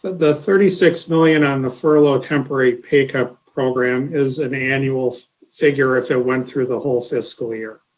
the thirty six million on the furlough temporary pay cut program is an annual figure if it went through the whole fiscal year.